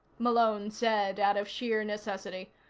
malone said, out of sheer necessity.